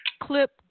clip